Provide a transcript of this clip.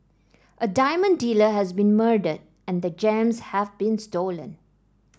a diamond dealer has been murdered and the gems have been stolen